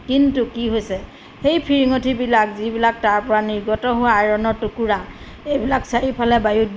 কিন্তু কি হৈছে সেই ফিৰিঙিবিলাক যিবিলাক তাৰ পৰা নিৰ্গত হোৱা আইৰণৰ টুকুৰা এইবিলাক চাৰিওফালে বায়ু